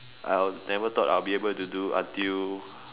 I will never thought I would be able to do until